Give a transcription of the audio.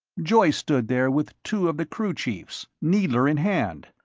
joyce stood there with two of the crew chiefs, needler in hand.